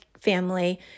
family